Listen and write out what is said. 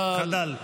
חדל.